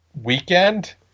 weekend